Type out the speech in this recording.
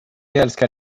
älskar